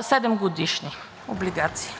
седемгодишни облигации.